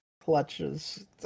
clutches